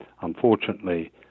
Unfortunately